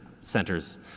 centers